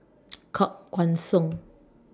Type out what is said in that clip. Koh Guan Song